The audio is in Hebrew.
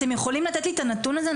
אתם יכולים לתת לי את הנתון הזה?